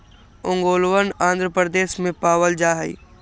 ओंगोलवन आंध्र प्रदेश में पावल जाहई